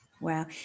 Wow